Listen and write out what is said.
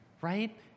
right